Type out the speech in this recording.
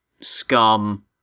scum